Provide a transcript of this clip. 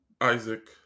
Isaac